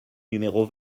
numéro